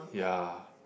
ya